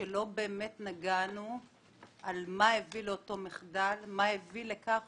שלא באמת נגענו מה הוביל לאותו מחדל, מה הביא לכך